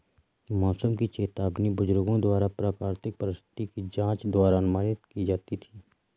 मौसम की चेतावनी बुजुर्गों द्वारा प्राकृतिक परिस्थिति की जांच द्वारा अनुमानित की जाती थी